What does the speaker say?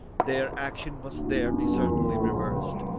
their action must there be certainly reversed,